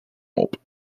mop